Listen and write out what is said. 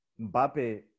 Mbappe